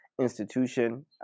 institution